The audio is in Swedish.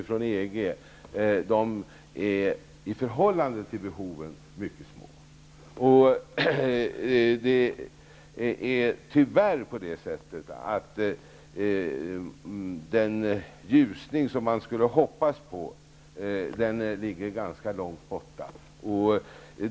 de insatser som EG gör, i förhållande till behoven är mycket små. Det är tyvärr på det sättet att den ljusning som man hoppas på ligger ganska långt bort.